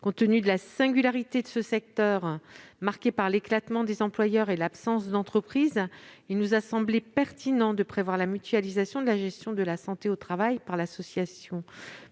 Compte tenu de la singularité de ce secteur, marqué par l'éclatement des employeurs et l'absence d'entreprise, il a semblé pertinent de prévoir la mutualisation de la gestion de la santé au travail par l'association